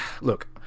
look